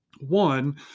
One